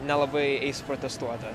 nelabai eis protestuoti